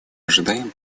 ожидаем